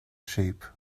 shape